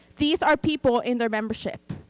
these are people in their membership.